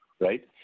right